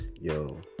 yo